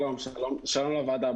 שלום לוועדה.